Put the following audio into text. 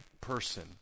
person